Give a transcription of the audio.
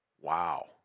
wow